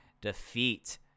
defeat